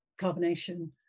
carbonation